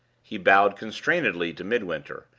he bowed constrainedly to midwinter,